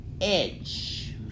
edge